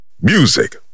Music